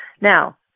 Now